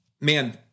man